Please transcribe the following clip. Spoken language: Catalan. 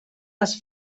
les